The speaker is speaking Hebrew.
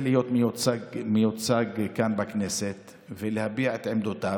להיות מיוצג כאן בכנסת ולהביע את עמדותיו,